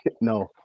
no